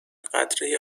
قطره